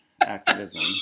activism